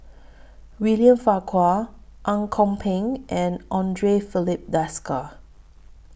William Farquhar Ang Kok Peng and Andre Filipe Desker